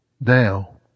now